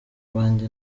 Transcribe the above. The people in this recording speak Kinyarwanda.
bwanjye